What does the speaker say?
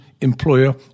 employer